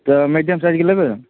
तऽ medium size के लेबै